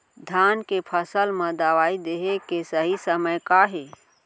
धान के फसल मा दवई देहे के सही समय का हे?